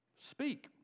Speak